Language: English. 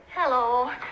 Hello